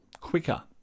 quicker